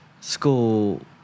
school